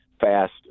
fast